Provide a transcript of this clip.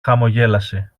χαμογέλασε